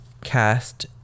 cast